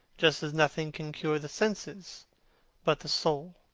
just as nothing can cure the senses but the soul.